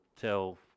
tell